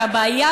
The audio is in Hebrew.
והבעיה,